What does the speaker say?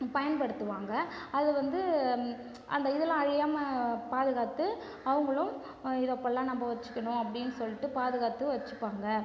பயன்படுத்துவாங்க அதை வந்து அந்த இதெல்லாம் அழியாமல் பாதுகாத்து அவங்களும் இதை போலலாம் நம்ம வச்சுக்கணும் அப்படின்னு சொல்லிவிட்டு பாதுகாத்து வச்சுப்பாங்க